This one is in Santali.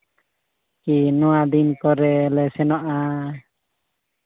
ᱠᱤ ᱱᱚᱣᱟ ᱫᱤᱱ ᱠᱚᱨᱮ ᱞᱮ ᱥᱮᱱᱚᱜᱼᱟ